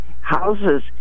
houses